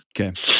okay